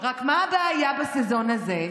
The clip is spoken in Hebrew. רק מה הבעיה בסזון הזה?